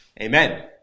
amen